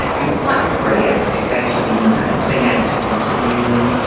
and quite free access, and to the inmates, being able to interview them,